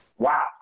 Wow